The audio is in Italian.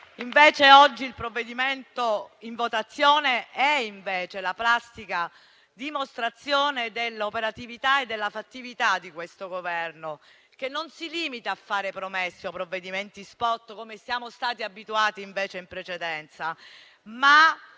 Il provvedimento oggi in votazione è invece la plastica dimostrazione dell'operatività e della fattività di questo Governo, che non si limita a fare promesse o provvedimenti *spot* - come siamo stati abituati in precedenza -